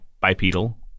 bipedal